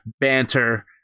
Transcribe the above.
banter